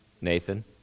Nathan